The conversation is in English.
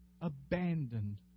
abandoned